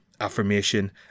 affirmation